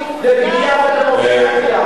חתומה בחוק הזה?